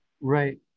Right